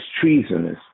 treasonous